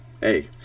Hey